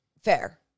Fair